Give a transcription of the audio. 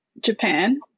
Japan